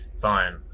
fine